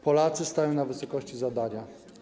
Polacy stają na wysokości zadania.